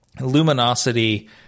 Luminosity